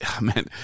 man